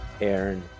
Aaron